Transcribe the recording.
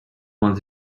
want